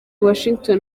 washington